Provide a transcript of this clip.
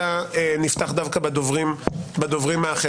אלא נפתח דווקא בדוברים האחרים.